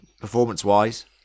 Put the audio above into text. performance-wise